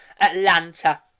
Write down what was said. Atlanta